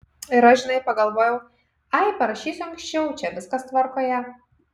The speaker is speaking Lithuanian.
ir aš žinai pagalvojau ai parašysiu anksčiau čia viskas tvarkoje